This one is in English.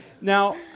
Now